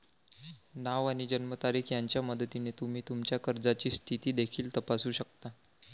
नाव आणि जन्मतारीख यांच्या मदतीने तुम्ही तुमच्या कर्जाची स्थिती देखील तपासू शकता